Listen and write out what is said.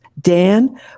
Dan